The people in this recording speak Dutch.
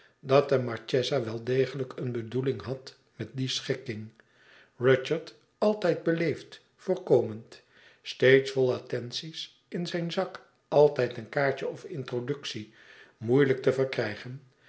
dat de marchesa wel degelijk eene bedoeling had met die schikking rudyard altijd beleefd voorkomend steeds vol attenties in zijn zak altijd een kaartje of introductie moeilijk te verkrijgen